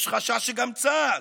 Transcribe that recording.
יש חשש שגם צה"ל,